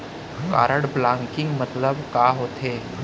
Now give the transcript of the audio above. Card blocking मतलब का होथे?